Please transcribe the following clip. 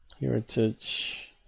Heritage